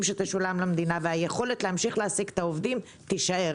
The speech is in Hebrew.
שתשלום למדינה והיכולת להמשיך להעסיק את העובדים תישאר.